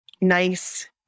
nice